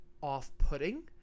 off-putting